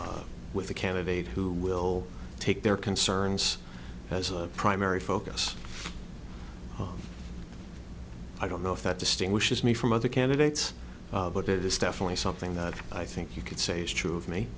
whole with the candidate who will take their concerns as a primary focus i don't know if that distinguishes me from other candidates but it is definitely something that i think you could say is true of me